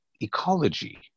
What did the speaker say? ecology